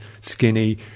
skinny